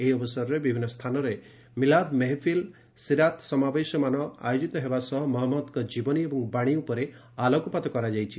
ଏହି ଅବସରରେ ବିଭିନ୍ନ ସ୍ଥାନରେ ମିଲାଦ୍ ମେହଫିଲ୍ ଓ ସିରାତ୍ ସମାବେଶମାନ ଆୟୋଜିତ ହେବା ସହ ମହଞ୍ଚମଦଙ୍କ ଜୀବନୀ ଏବଂ ବାଣୀ ଉପରେ ଆଲୋକପାତ କରାଯାଇଛି